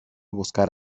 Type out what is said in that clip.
buscar